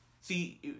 See